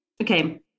okay